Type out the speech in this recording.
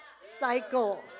cycle